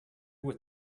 were